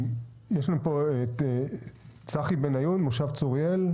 יש לנו פה את צחי בן עיון, מושב צוריאל.